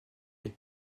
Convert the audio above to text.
est